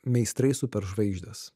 meistrai superžvaigždės